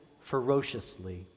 ferociously